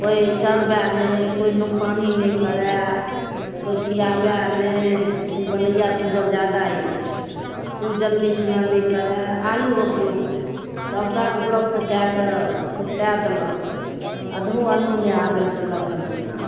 कोइ चरबै नहि कोइ नुकसानी नहि करै कोइ खिआबै नहि वनैआ सुअर जादा अछि उ जल्दी सिना नहि करै आलू रोपलहुँ सबटा उपद्रव कए कऽ उपटाय देलक आधो आलू नहि आबै देलक हन अँगना